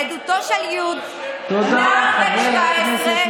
אדוני היושב-ראש,